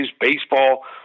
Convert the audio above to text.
Baseball